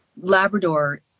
Labrador